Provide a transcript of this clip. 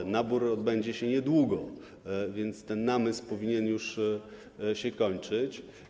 Nabór odbędzie się niedługo, więc namysł powinien już się kończyć.